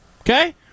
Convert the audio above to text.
Okay